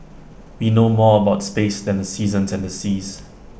we know more about space than the seasons and the seas